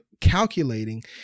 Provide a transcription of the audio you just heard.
calculating